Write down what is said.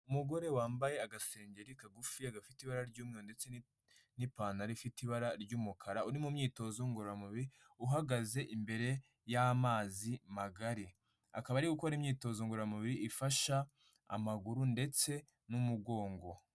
Umugore wambaye agasengeri kagufiya gafite ibara ry'umweru ndetse n'ipantaro ifite ibara ry'umukara uri mu myitozo ngororamubiri, uhagaze imbere y'amazi magari, akaba ari gukora imyitozo ngororamubiri ifasha amaguru ndetse n'umugongo.